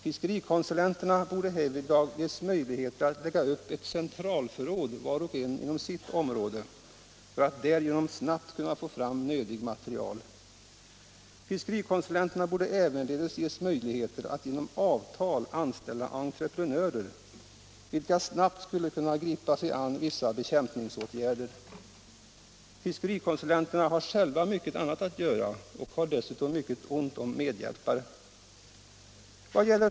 Fiskerikonsulenterna borde härvidlag ges möjligheter att lägga upp ett ”centralförråd”, var och en inom sitt område, för att därigenom snabbt kunna få fram nödig materiel. Fiskerikonsulenterna borde ävenledes ges möjligheter att genom avtal anställa ”entreprenörer”, vilka snabbt skulle kunna gripa sig an vissa bekämpningsaktioner. Fiskerikonsulenterna har själva mycket annat att göra och har dessutom ont om medhjälpare.